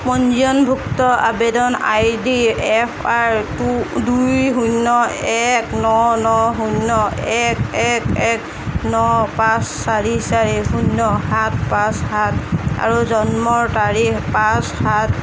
পঞ্জীয়নভুক্ত আবেদন I D F R two দুই শূন্য এক ন ন শূন্য এক এক এক ন পাঁচ চাৰি চাৰি শূন্য সাত পাঁচ সাত আৰু জন্মৰ তাৰিখ পাঁচ সাত